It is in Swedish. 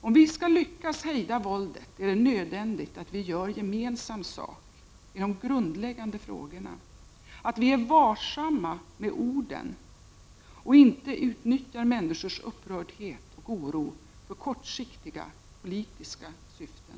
Om vi skall lyckas hejda våldet, är det nödvändigt att vi gör gemensam sak i de grundläggande frågorna, att vi är varsamma med orden och inte utnyttjar människors upprördhet och oro för kortsiktiga politiska syften.